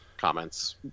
comments